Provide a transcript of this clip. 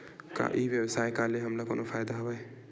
का ई व्यवसाय का ले हमला कोनो फ़ायदा हवय?